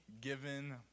given